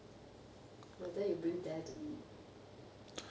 rather you bring there to eat